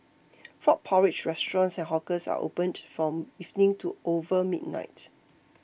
frog porridge restaurants and hawkers are opened from evening to over midnight